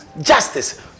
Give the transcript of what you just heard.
justice